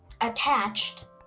attached